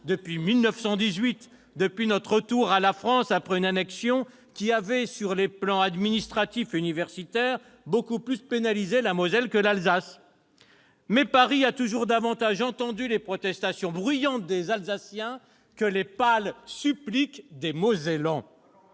depuis 1918, depuis notre retour à la France après une annexion qui avait, sur les plans administratif et universitaire, beaucoup plus pénalisé la Moselle que l'Alsace. Mais Paris a toujours davantage entendu les protestations bruyantes des Alsaciens que les pâles suppliques des Mosellans.